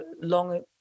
long